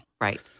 Right